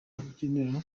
rubyiniro